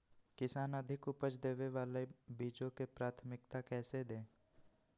किसान अधिक उपज देवे वाले बीजों के प्राथमिकता कैसे दे?